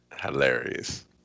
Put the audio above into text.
Hilarious